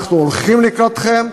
אנחנו הולכים לקראתכם,